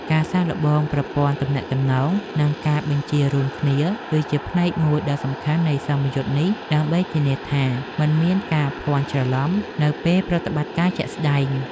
ការសាកល្បងប្រព័ន្ធទំនាក់ទំនង និងការបញ្ជារួមគ្នា គឺជាផ្នែកមួយដ៏សំខាន់នៃសមយុទ្ធនេះ ដើម្បីធានាថាមិនមានការភាន់ច្រឡំនៅពេលប្រតិបត្តិការជាក់ស្តែង។